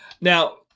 now